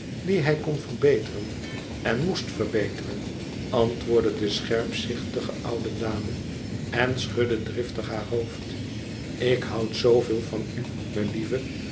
die hij kon verbeteren en moest verbeteren antwoordde de scherpzichtige oude dame en schudde driftig haar hoofd ik houd zooveel van u melieve